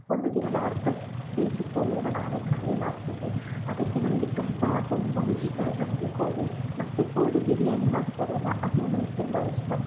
ಒಂದು ದಿನ ಅಲ್ಲಿ ಅರ್ಧ ಕೆಜಿ ಕೋಳಿಯನ್ನ ನಾನೇ ಖಾಲಿ ಮಾಡ್ತೀನಿ ಅದಕ್ಕೆ ನನಗೆ ತುಂಬ ತುಂಬ ಇಷ್ಟ ನನಗೆ ಕೋಳಿ ಮತ್ತು ಕೋಳಿ ಬಿರ್ಯಾನಿ ಮಾಡ್ತಾರಲ್ಲಾ ಅದು ನನ್ಗೆ ತುಂಬಾ ಇಷ್ಟ